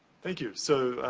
thank you. so,